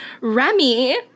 Remy